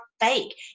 fake